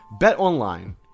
BetOnline